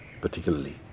particularly